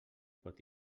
pot